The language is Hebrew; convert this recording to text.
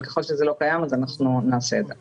אבל אם זה לא קיים אז אנחנו נעשה את זה.